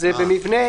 אז במבנה,